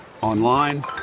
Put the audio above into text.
online